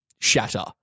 shatter